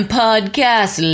podcast